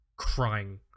crying